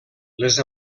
les